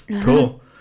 cool